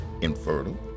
infertile